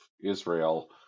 Israel